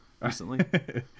recently